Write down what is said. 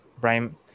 Brian